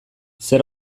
zer